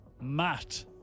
Matt